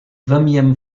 vimium